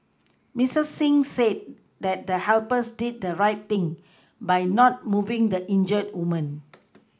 Miss Singh said that the helpers did the right thing by not moving the injured woman